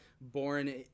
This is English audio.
born